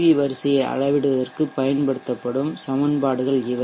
we வரிசையை அளவிடுவதற்கு பயன்படுத்தப்படும் சமன்பாடுகள் இவை